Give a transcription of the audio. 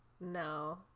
no